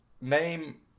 name